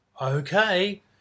okay